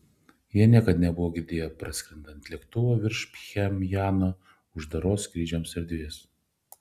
jie niekad nebuvo girdėję praskrendant lėktuvo virš pchenjano uždaros skrydžiams erdvės